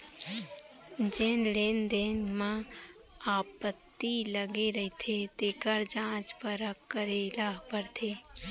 जेन लेन देन म आपत्ति लगे रहिथे तेखर जांच परख करे ल परथे